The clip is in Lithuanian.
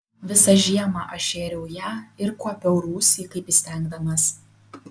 visą žiemą aš šėriau ją ir kuopiau rūsį kaip įstengdamas